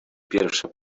pierwsza